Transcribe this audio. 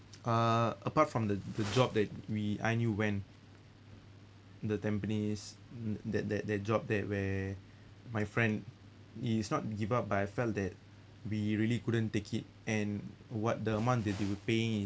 uh apart from the the job that we I knew when the tampines mm that that that job that where my friend is not give up but I felt that we really couldn't take it and what the amount that they were paying